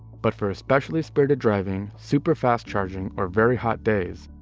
but for especially spirited driving, super fast charging, or very hot days,